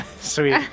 Sweet